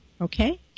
okay